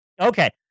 Okay